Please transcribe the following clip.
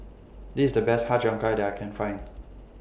This IS The Best Har Cheong Gai that I Can Find